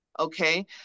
Okay